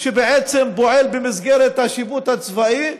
שבעצם פועל במסגרת השיפוט הצבאי,